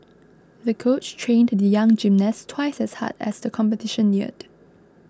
the coach trained the young gymnast twice as hard as the competition neared